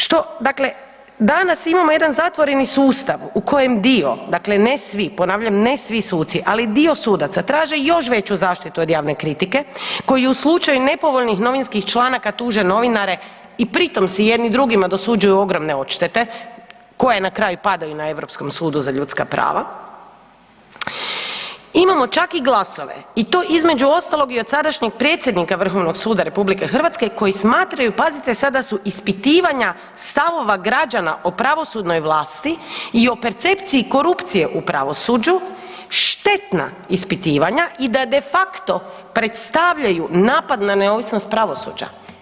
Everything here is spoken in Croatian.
Što, dakle, danas imamo jedan zatvoreni sustav u kojem dio dakle ne svi, ponavljam, ne svi suci, ali dio sudaca, traže još veću zaštitu od javne kritike, koji u slučaju nepovoljnih novinskih članaka tuže novinare i pritom si jedni drugima dosuđuju ogromne odštete, koje na kraju padaju na Europskom sudu za ljudska prava, imamo čak i glasove, i to, između ostalog i od sadašnjeg predsjednika VSRH koji smatraju, pazite sad, da su ispitivanja stavova građana o pravosudnoj vlasti i o percepciji korupcije u pravosuđu štetna ispitivanja i da de facto predstavljaju napade na neovisnost pravosuđa.